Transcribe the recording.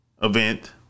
event